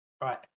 right